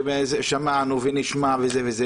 שמענו ונשמע וכן הלאה.